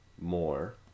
more